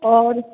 और